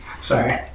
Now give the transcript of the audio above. Sorry